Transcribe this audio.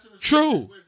True